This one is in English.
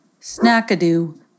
Snackadoo